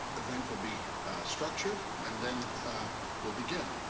event will be structured and then we'll begin.